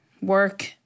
work